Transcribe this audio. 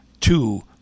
two